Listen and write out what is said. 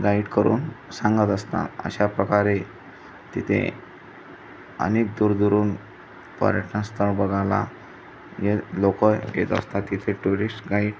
guide करून सांगत असता अशा प्र्रकारे तिथे अनेक दूरदुरून पर्यटनस्थळ बघायला हे लोकं येत असतात तिथे टुरिस्ट गाईड